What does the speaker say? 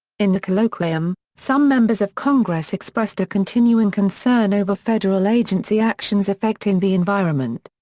in the colloquium, some members of congress expressed a continuing concern over federal agency actions affecting the environment.